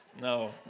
No